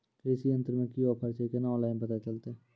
कृषि यंत्र मे की ऑफर छै केना ऑनलाइन पता चलतै?